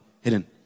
hidden